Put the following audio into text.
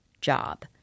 job